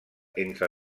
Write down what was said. entre